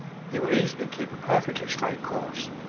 he will easily keep a perfectly straight course.